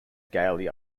gaily